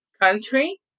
country